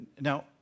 Now